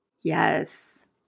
Yes